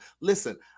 Listen